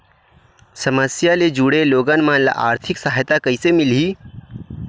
समस्या ले जुड़े लोगन मन ल आर्थिक सहायता कइसे मिलही?